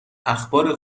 اخبار